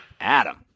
Adam